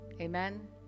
Amen